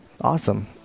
Awesome